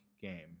game